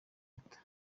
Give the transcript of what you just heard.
impeta